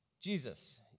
Jesus